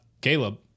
Caleb